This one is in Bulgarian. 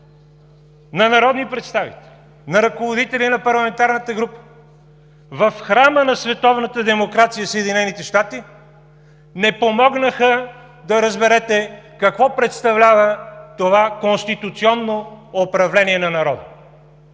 на народни представители, на ръководители на парламентарната група в храма на световната демокрация – Съединените щати, не помогнаха да разберете какво представлява това конституционно управление на народа.